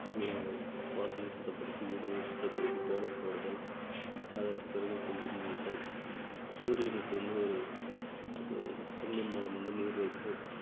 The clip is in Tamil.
இது வாசலை சுத்தப்படுத்தி வீடுகளை சுத்தப்படுத்தி கோலம் போடுதல் அதற்கு பிறகு குங்குமம் வைத்தல் சூரியனுக்கு வந்து ஒரு சொம்பின் மூலம் வந்து நீர் வைத்து